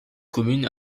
commune